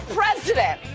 president